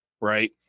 right